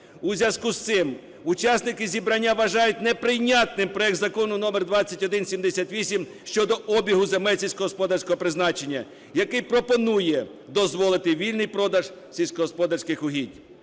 У зв'язку з цим учасники зібрання вважають неприйнятним проект Закону номер 2178 щодо обігу земель сільськогосподарського призначення, який пропонує дозволити вільний продаж сільськогосподарських угідь.